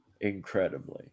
Incredibly